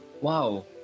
Wow